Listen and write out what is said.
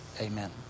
Amen